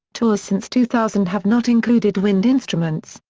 tours since two thousand have not included wind instruments,